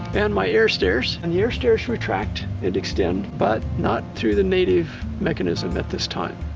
and my air stairs and the air stairs retract and extend but not through the native mechanism at this time.